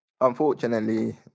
Unfortunately